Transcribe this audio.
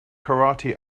karate